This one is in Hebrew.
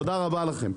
תודה רבה לכם.